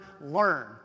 learn